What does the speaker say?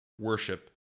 worship